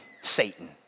satan